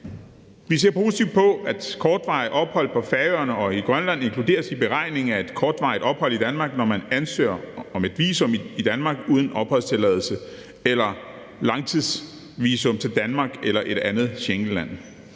Vi ser positivt på, at kortvarige ophold på Færøerne og Grønland inkluderes i beregningen af et kortvarigt ophold i Danmark, når man ansøger om et visum til Danmark uden opholdstilladelse eller langtidsvisum til Danmark eller et andet Schengenland.